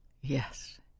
Yes